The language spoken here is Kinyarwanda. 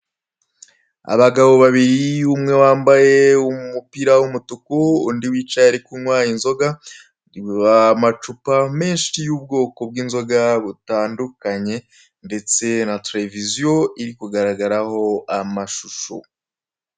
Abagabo babiri umwe wambaye umupira w'umutuku undi wicaye ari kunywa inzoga, amacupa menshi y'ubwoko bw'inzoga butandukanye ndetse na televiziyo iri kugaragaraho amashusho.